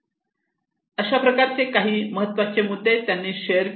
अशाप्रकारे काही महत्त्वाचे मुद्दे त्यांनी शेअर केले